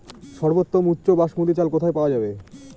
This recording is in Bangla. সর্বোওম উচ্চ বাসমতী চাল কোথায় পওয়া যাবে?